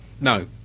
no